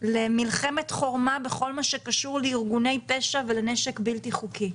למלחמת חורמה בכל הקשור לארגוני פשע ולנשק בלתי חוקי.